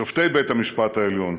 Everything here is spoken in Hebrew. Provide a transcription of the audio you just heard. שופטי בית-המשפט העליון,